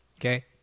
Okay